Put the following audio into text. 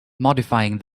modifying